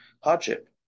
hardship